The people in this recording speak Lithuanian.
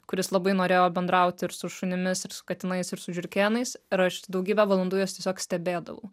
kuris labai norėjo bendraut ir su šunimis ir su katinais ir su žiurkėnais ir aš daugybę valandų juos tiesiog stebėdavau